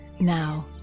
now